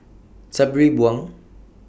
Sabri Buang